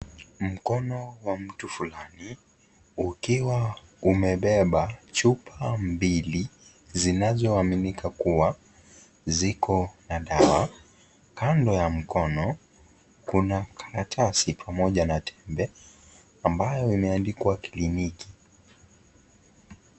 Mtoto wa mtu fulani ukiwa umebeba chupa mbili zinazoaminika kuwa ziko na dawa. Kando ya mkono kuna karatasi pamoja na tembe ambayo imeandikwa kliniki.